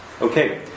Okay